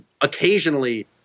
occasionally